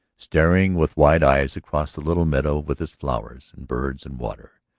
staring with wide eyes across the little meadow with its flowers and birds and water,